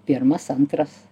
pirmas antras